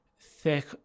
thick